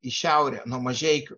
į šiaurę nuo mažeikių